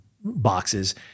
boxes